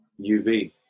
uv